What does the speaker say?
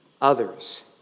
others